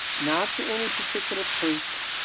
not to any particular person.